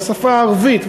בשפה הערבית,